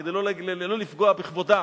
כדי לא לפגוע בכבודה.